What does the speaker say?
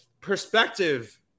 perspective